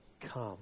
come